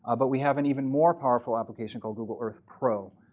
ah but we have an even more powerful application called google earth pro,